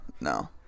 no